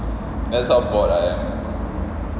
that's how bored I am